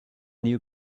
knew